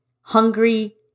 hungry